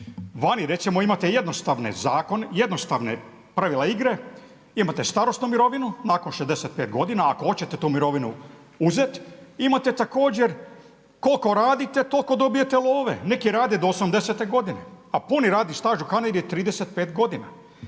Vani recimo imate jednostavne zakone, jednostavna pravila igre. Imate starosnu mirovinu nakon 65 godina. Ako hoćete tu mirovinu uzeti imate također koliko radite toliko dobijete love. Neki rade do osamdesete godine, a puni radni staž u Kanadi je 35 godina.